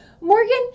morgan